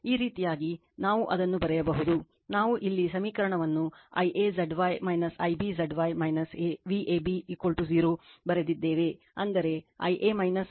ಈ ರೀತಿಯಾಗಿ ನಾವು ಅದನ್ನು ಬರೆಯಬಹುದು ನಾವು ಇಲ್ಲಿ ಸಮೀಕರಣವನ್ನು Ia Zy Ib Zy Vab 0 ಬರೆದಿದ್ದೇವೆ ಅಂದರೆ Ia Ib VabZy